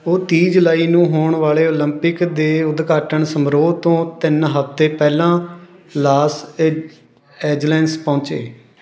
ਉਹ ਤੀਹ ਜੁਲਾਈ ਨੂੰ ਹੋਣ ਵਾਲੇ ਓਲੰਪਿਕ ਦੇ ਉਦਘਾਟਨ ਸਮਾਰੋਹ ਤੋਂ ਤਿੰਨ ਹਫ਼ਤੇ ਪਹਿਲਾਂ ਲਾਸ ਏ ਏਂਜਲੰਸ ਪਹੁੰਚੇ